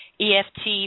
EFT